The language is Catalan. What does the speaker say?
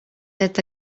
set